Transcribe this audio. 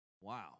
Wow